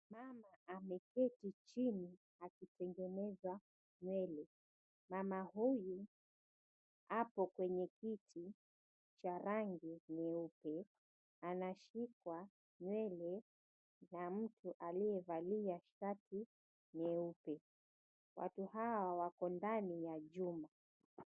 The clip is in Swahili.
Mama ameketi chini akitengeneza nywele. Mama huyu apo kwenye kiti cha rangi nyeupe . Anashikwa nywele na mtu aliyevalia shati leupe. Watu hawa wako ndani ya jumba.